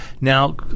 Now